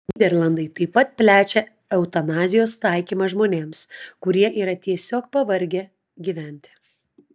nyderlandai taip pat plečia eutanazijos taikymą žmonėms kurie yra tiesiog pavargę gyventi